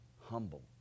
humble